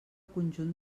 conjunt